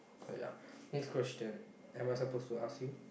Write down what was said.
so ya next question am I suppose to ask you